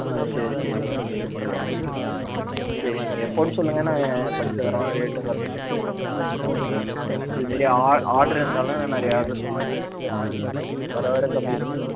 ஆ சரி சரிமா பண்ணி கொடுத்தட்லாம் சரி நீங்கள் எப்போனு சொல்லுங்கள் நாங்கள் பண்ணி தரோம் ரேட்டும் கம்மி பண்ணிக்கலாம் ஒன்றும் பிரச்சன இல்லை இதுமாதிரி ஆ ஆர்ட்ரு இருந்தாலும் நிறைய ஆர்ட்ரு சொல்லுங்கள் பண்ணி தரலாம் வர வர கம்மி பண்ணி தான்